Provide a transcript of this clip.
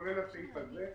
כולל הסעיף הזה,